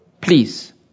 Please